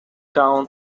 town